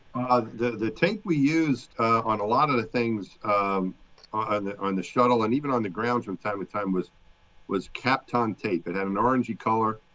the the tape we used on a lot of the things um on the on the shuttle and even on the ground from time to time was was kapton tape that had an orange color.